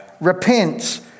Repent